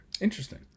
interesting